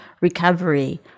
recovery